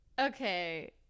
Okay